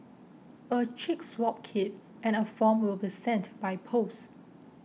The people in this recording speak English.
a cheek swab kit and a form will be sent by post